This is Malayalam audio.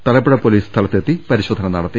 തലപ്പുഴ പോലീസ് സ്ഥലത്തെത്തി പരിശോധന നടത്തി